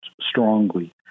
strongly